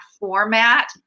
format